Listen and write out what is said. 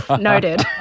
Noted